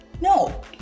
no